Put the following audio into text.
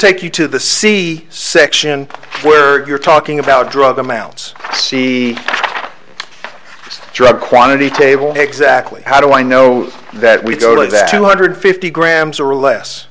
take you to the c section where you're talking about drug amounts see drug quantity table exactly how do i know that we go to that two hundred fifty grams or less